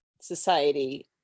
society